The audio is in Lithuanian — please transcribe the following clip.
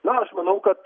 na aš manau kad